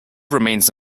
remains